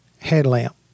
headlamp